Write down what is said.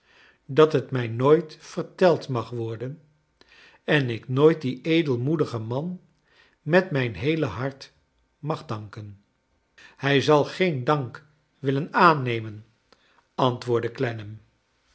dat het mij nooit verteld mag worden en ik nooit dien edelmoedigen man met mijn heele j hart mag danken hij zal geen dank willen aanne